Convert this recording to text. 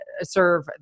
serve